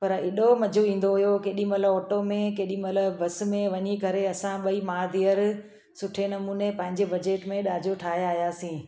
पर एॾो मज़ो ईंदो हुओ केॾी महिल ऑटो में केॾी महिल बस में वञी करे असां ॿई माउ धीअरु सुठे नमूने पांजे बजट में ॾाजो ठाहे आहियासीं